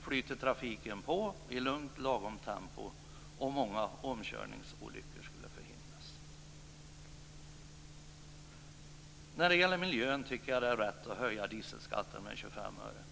flyter trafiken i lugnt och lagom tempo och många omkörningsolyckor förhindras. När det gäller miljön tycker jag att det är rätt att höja dieselskatten med 25 öre.